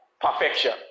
perfection